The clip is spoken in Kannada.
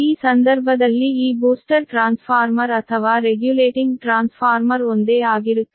ಈ ಸಂದರ್ಭದಲ್ಲಿ ಈ ಬೂಸ್ಟರ್ ಟ್ರಾನ್ಸ್ಫಾರ್ಮರ್ ಅಥವಾ ರೆಗ್ಯುಲೇಟಿಂಗ್ ಟ್ರಾನ್ಸ್ಫಾರ್ಮರ್ ಒಂದೇ ಆಗಿರುತ್ತವೆ